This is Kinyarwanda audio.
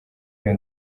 iyo